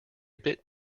bit